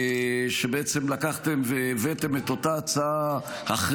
שבעצם לקחתם והבאתם את אותה הצעה כבר